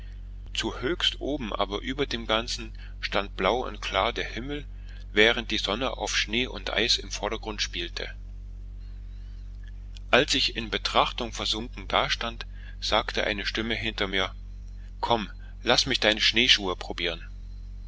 zuhöchst oben aber über dem ganzen stand blau und klar der himmel während die sonne auf schnee und eis im vordergrund spielte als ich in betrachtung versunken dastand sagte eine stimme hinter mir komm laß mich deine schneeschuhe probieren